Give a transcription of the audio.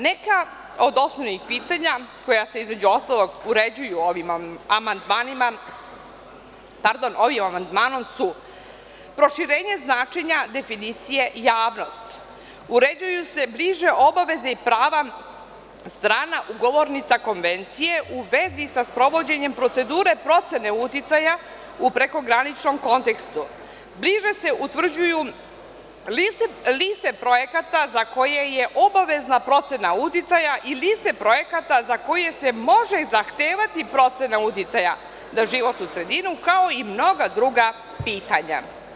Neka od osnovnih pitanja koja se, između ostalog, uređuju ovim Amandmanom su: proširenje značenja definicije javnost, uređuju se bliže obaveze i prava strana ugovornica Konvencije u vezi sa sprovođenjem procedure procene uticaja u prekograničnom kontekstu, bliže se utvrđuju liste projekata za koje je obavezna procena uticaja i liste projekata za koje se može zahtevati procena uticaja na životnu sredinu, kao i mnoga druga pitanja.